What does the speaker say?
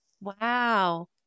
Wow